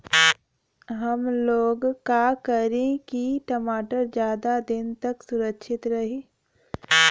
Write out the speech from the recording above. हमलोग का करी की टमाटर ज्यादा दिन तक सुरक्षित रही?